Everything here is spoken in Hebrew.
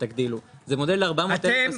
תגדילו, אבל זה מודל ל-400,000 עסקים.